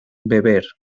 beber